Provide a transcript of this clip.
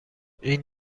این